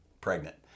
pregnant